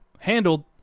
handled